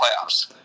playoffs